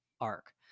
arc